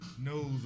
knows